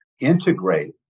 integrate